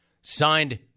Signed